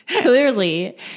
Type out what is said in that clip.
clearly